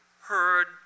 heard